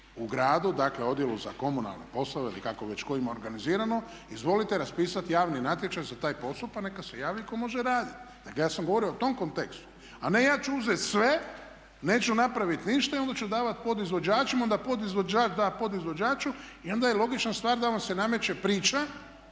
u gradu dakle u odjelu za komunalne poslove ili kako već tko ima organizirano, izvolite raspisati javni natječaj za taj posao pa neka se javi tko može raditi. Dakle ja sam govorio u tom kontekstu. A ne ja ću uzeti sve, neću napraviti ništa i onda ću davati podizvođačima, onda podizvođač da podizvođaču i onda je logična stvar da vam se nameće priča